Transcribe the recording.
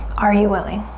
are you willing?